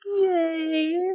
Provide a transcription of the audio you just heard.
Yay